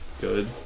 good